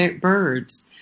birds